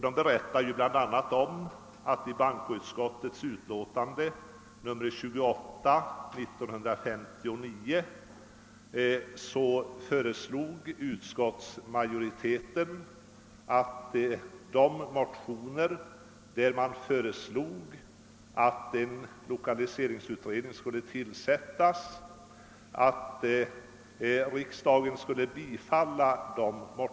De berättar bl.a. att bankoutskottets majoritet i utskottets utlåtande nr 28 år 1959 föreslog, att de motioner i vilka begärdes tillsättande av en lokaliseringsutredning skulle bifallas av riksdagen.